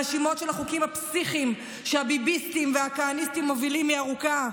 הרשימה של החוקים הפסיכיים שהביביסטים והכהניסטים מובילים היא ארוכה,